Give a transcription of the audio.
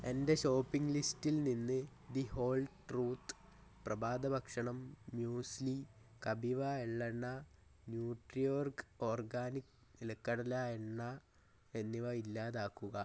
എന്റെ ഷോപ്പിംഗ് ലിസ്റ്റിൽ നിന്ന് ദി ഹോൾ ട്രൂത്ത് പ്രഭാതഭക്ഷണം മ്യൂസ്ലി കപിവ എള്ളെണ്ണ ന്യൂട്രി ഓർഗ് ഓർഗാനിക് നിലക്കടല എണ്ണ എന്നിവ ഇല്ലാതാക്കുക